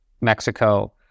Mexico